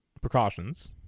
precautions